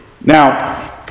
Now